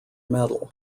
medal